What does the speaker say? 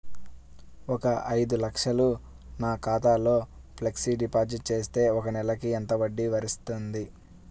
ఒక ఐదు లక్షలు నా ఖాతాలో ఫ్లెక్సీ డిపాజిట్ చేస్తే ఒక నెలకి ఎంత వడ్డీ వర్తిస్తుంది?